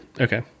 Okay